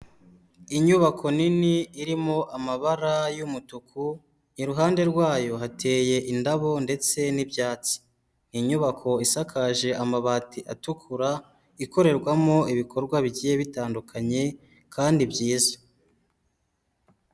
Inyubako nini irimo amabara y'umutuku iruhande rwayo hateye indabo ndetse n'ibyatsi. Inyubako isakaje amabati atukura ikorerwamo ibikorwa bigiye bitandukanye kandi byiza.